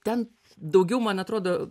ten daugiau man atrodo